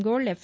gold F